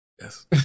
Yes